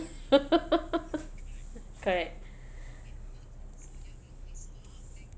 correct